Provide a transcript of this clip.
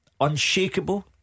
Unshakable